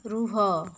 ରୁହ